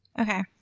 Okay